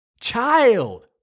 child